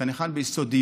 אתה ניחן ביסודיות.